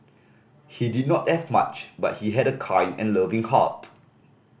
he did not have much but he had a kind and loving heart